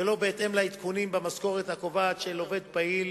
ולא בהתאם לעדכונים במשכורת הקובעת של עובד פעיל,